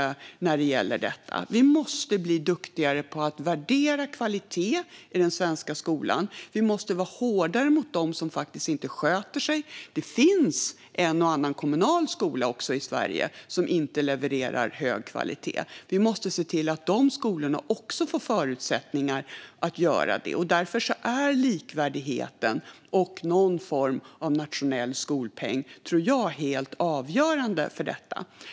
Vi måste bli duktigare på att värdera kvalitet i den svenska skolan, och vi måste vara hårdare mot dem som faktiskt inte sköter sig. Det finns även en och annan kommunal skola i Sverige som inte levererar hög kvalitet, och vi måste se till att även de skolorna får förutsättningar att göra det. Jag tror att likvärdigheten och någon form av nationell skolpeng är helt avgörande för detta.